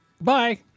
Bye